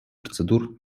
процедур